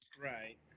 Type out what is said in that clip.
Right